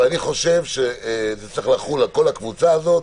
אני חושב שזה צריך לחול על כל הקבוצה הזאת.